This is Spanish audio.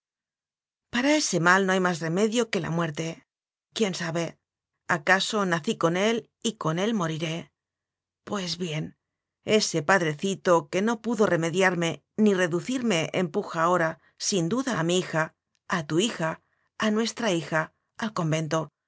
para ese mal no hay más remedio que la muerte quién sabe acaso nací con él y con él moriré pues bien ese padrecito que no pudo remediarme ni reducirme empuja ahora sin duda a mí hija a tu hija a nues tra hija al convento